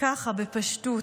ככה, בפשטות.